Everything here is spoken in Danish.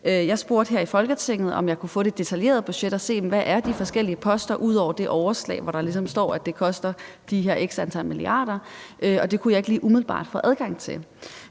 Jeg spurgte her i Folketinget, om jeg kunne få det detaljerede budget at se, altså hvad er de forskellige poster ud over det overslag, hvor der ligesom står, at det koster de her x antal milliarder, og det kunne jeg ikke lige umiddelbart få adgang til.